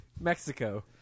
Mexico